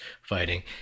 fighting